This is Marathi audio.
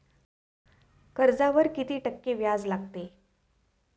कर्जावर किती टक्के व्याज लागते?